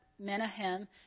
Menahem